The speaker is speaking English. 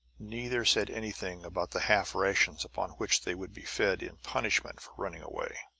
neither said anything about the half-rations upon which they would be fed in punishment for running away.